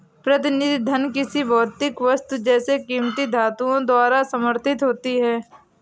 प्रतिनिधि धन किसी भौतिक वस्तु जैसे कीमती धातुओं द्वारा समर्थित होती है